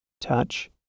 touch